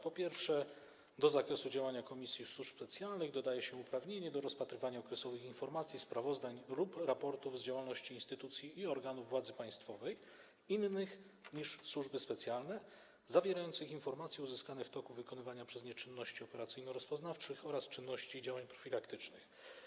Po pierwsze, do zakresu działania Komisji do Spraw Służb Specjalnych dodaje się uprawnienie do rozpatrywania okresowych informacji, sprawozdań lub raportów z działalności instytucji i organów władzy państwowej innych niż służby specjalne, zawierających informacje uzyskane w toku wykonywania przez nie czynności operacyjno-rozpoznawczych oraz czynności i działań profilaktycznych.